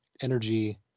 energy